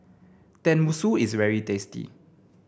Tenmusu is very tasty